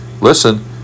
Listen